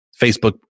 Facebook